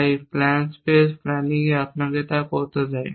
তাই plan space planning আপনাকে তা করতে দেয়